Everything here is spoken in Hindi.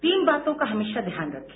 तीन बातों का हमेशा ध्यान रखे